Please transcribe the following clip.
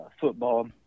football